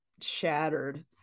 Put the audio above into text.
shattered